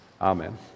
Amen